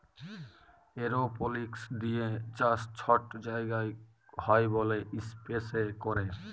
এরওপলিক্স দিঁয়ে চাষ ছট জায়গায় হ্যয় ব্যইলে ইস্পেসে ক্যরে